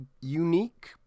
unique